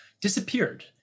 disappeared